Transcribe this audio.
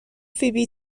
فیبی